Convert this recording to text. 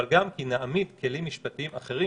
אבל גם כי נעמיד כלים משפטיים אחרים